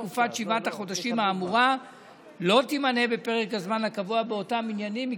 תקופת שבעת החודשים האמורה לא תימנה בפרק הזמן הקבוע באותם עניינים.